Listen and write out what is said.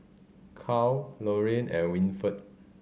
Cal Lorin and Winford